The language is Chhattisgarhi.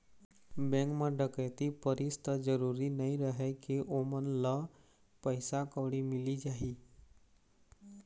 बेंक म डकैती परिस त जरूरी नइ रहय के ओमन ल पइसा कउड़ी मिली जाही